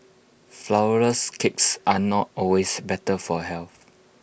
Flourless Cakes are not always better for health